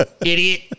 Idiot